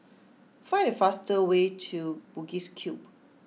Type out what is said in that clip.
find the fastest way to Bugis Cube